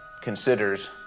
considers